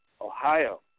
Ohio